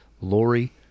Lori